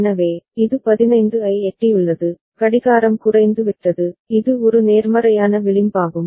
எனவே இது 15 ஐ எட்டியுள்ளது கடிகாரம் குறைந்துவிட்டது இது ஒரு நேர்மறையான விளிம்பாகும்